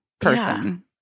person